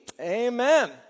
Amen